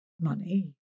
money